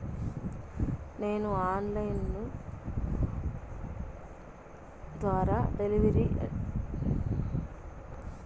నేను online ద్వారా debit card లేదా క్రెడిట్ కార్డు కోసం ఎలా అర్జీ పెట్టాలి?